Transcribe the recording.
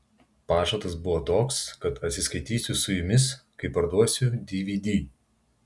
pažadas buvo toks kad atsiskaitysiu su jumis kai parduosiu dvd